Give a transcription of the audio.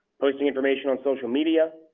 posting information on social media,